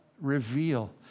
reveal